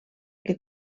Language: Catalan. que